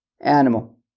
animal